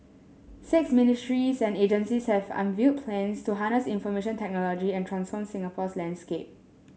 six ministries and agencies have unveiled plans to harness information technology and transform Singapore's landscape